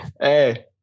Hey